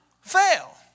fail